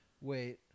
Wait